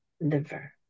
liver